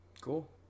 Cool